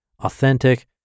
authentic